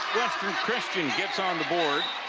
christian gets on the board.